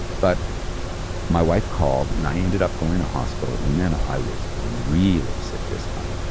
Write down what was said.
but my wife called and i ended up going to hospital and then i was really sick this time.